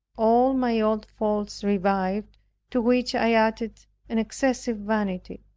all my old faults revived to which i added an excessive vanity.